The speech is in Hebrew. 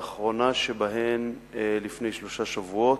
האחרונה שבהן לפני שלושה שבועות,